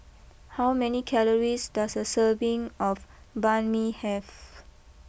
how many calories does a serving of Banh Mi have